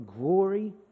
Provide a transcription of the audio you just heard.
glory